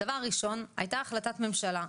הדבר הראשון הוא שהיתה החלטת ממשלה,